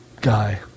guy